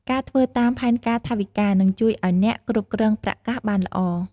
ការធ្វើតាមផែនការថវិកា នឹងជួយឲ្យអ្នកគ្រប់គ្រងប្រាក់កាសបានល្អ។